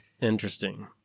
interesting